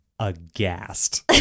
aghast